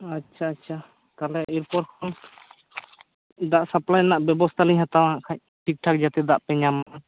ᱟᱪᱪᱷᱟ ᱟᱪᱪᱷᱟ ᱛᱟᱦᱚᱞᱮ ᱨᱤᱯᱳᱴ ᱠᱚᱢ ᱫᱟᱜ ᱥᱟᱯᱞᱟᱭ ᱨᱮᱱᱟᱜ ᱵᱮᱵᱚᱥᱛᱟ ᱞᱤᱧ ᱦᱟᱛᱟᱭᱟ ᱦᱟᱸᱜ ᱠᱷᱟᱡ ᱴᱷᱤᱠ ᱴᱷᱟᱠ ᱡᱟᱛᱮ ᱫᱟᱜ ᱯᱮ ᱧᱟᱢ ᱢᱟ